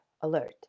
alert